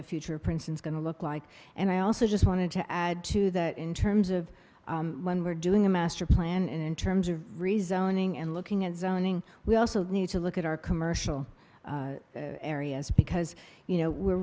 the future prince is going to look like and i also just wanted to add to that in terms of when we're doing a master plan in terms of resigning and looking at zoning we also need to look at our commercial areas because you know we're